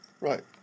Right